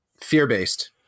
fear-based